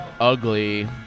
ugly